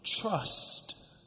Trust